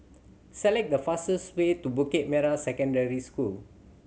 select the fastest way to Bukit Merah Secondary School